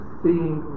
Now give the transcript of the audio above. seeing